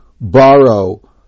borrow